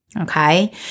okay